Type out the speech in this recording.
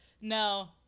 no